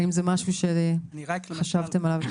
האם זה משהו שחשבתם עליו?